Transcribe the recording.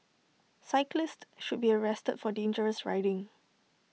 cyclist should be arrested for dangerous riding